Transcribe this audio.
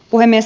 puhemies